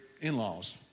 in-laws